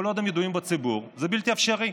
כל עוד הם ידועים בציבור זה בלתי אפשרי.